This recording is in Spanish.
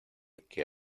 que